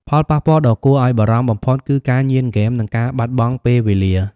ផលប៉ះពាល់ដ៏គួរឱ្យបារម្ភបំផុតគឺ ការញៀនហ្គេម និងការបាត់បង់ពេលវេលា។